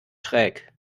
schräg